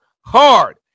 hard